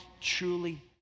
truly